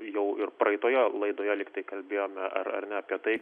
jau ir praeitoje laidoje lyg tai kalbėjome ar ar ne apie tai